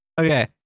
Okay